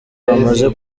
bamaze